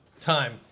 Time